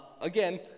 again